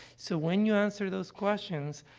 so, when you answer those questions,